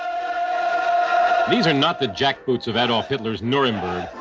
um these are not the jackboots of adolf hitler's nuremberg